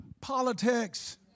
politics